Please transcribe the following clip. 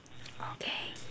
okay